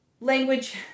language